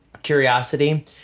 curiosity